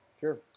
Sure